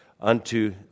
unto